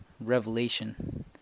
revelation